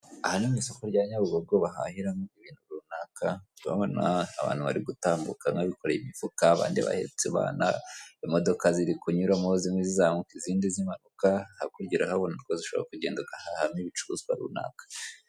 Aha ni mu isoko rya Nyabugogo bahahiramo ibintu runaka urabona abantu bari gutambuka ni abikoreye imifuka abandi bahetse abana, imodoka ziri kunyuramo zimwe zizamuka izindi zimanuka hakurya urahabona ko ushobora kugenda ugahahamo ibicuruzwa runaka.